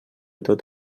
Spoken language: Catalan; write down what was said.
tot